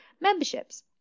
memberships